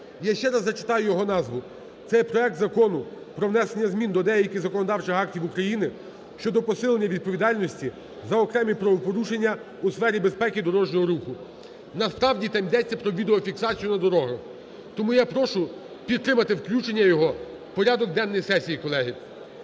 я ще раз зачитаю його назву. Це проект Закону про внесення змін до деяких законодавчих актів України щодо посилення відповідальності за окремі правопорушення у сфері безпеки дорожнього руху. Насправді там йдеться про відеофіксацію на дорогах. Тому я прошу підтримати включення його у порядок денний сесії, колеги.